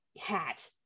hat